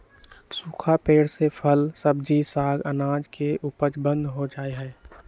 सूखा पेड़ से फल, सब्जी, साग, अनाज के उपज बंद हो जा हई